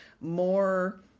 more